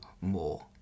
more